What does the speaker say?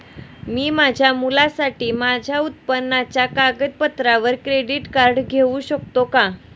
मी माझ्या मुलासाठी माझ्या उत्पन्नाच्या कागदपत्रांवर क्रेडिट कार्ड घेऊ शकतो का?